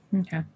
Okay